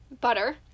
Butter